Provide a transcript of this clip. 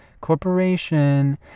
corporation